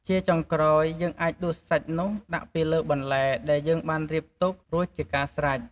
ជាចុងក្រោយ យើងអាចដួសសាច់នោះដាក់ពីលើបន្លែដែលយើងបានរៀបទុករួចជាការស្រេច។